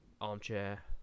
Armchair